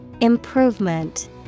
Improvement